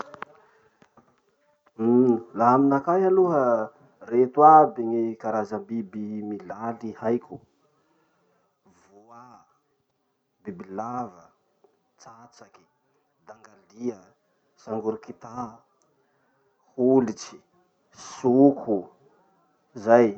Uhm laha aminakahy aloha, reto aby gny karaza biby milaly haiko: voà, bibilava, tsatsaky, bangalia, sangorokita, holitsy, soko. Zay.